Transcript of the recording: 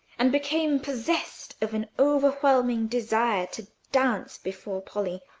and became possessed of an overwhelming desire to dance before polly,